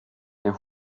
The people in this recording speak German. der